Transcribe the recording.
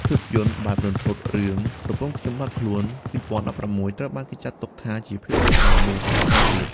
ភាពយន្តបែបរន្ធត់រឿង «ប្រពន្ធខ្ញុំបាត់ខ្លួន» (២០១៦) ត្រូវបានគេចាត់ទុកថាជាភាពយន្តដែលមាន ថវិកាទាប។